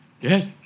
Yes